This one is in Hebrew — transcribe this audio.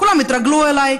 כולם התרגלו אליי,